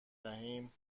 دهیم